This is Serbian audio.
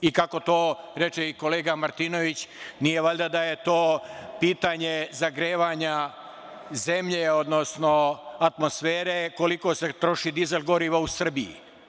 I kako to reče i kolega Martinović, nije valjda to pitanje zagrevanja zemlje odnosno atmosfere koliko se troši dizel goriva u Srbiji?